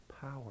power